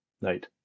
night